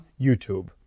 YouTube